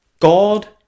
God